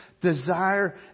desire